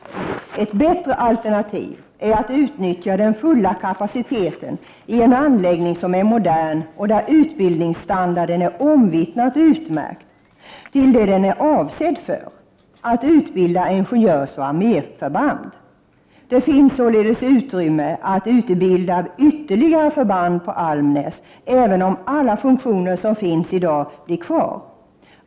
Ett bättre alternativ är att utnyttja den fulla kapaciteten i en anläggning som är modern och där utbildningsstandarden är omvittnat utmärkt till det den är avsedd för — att utbilda ingenjörsoch arméförband. Det finns således utrymme att utbilda ytterligare förband på Almnäs, även om alla funktioner som finns i dag blir kvar.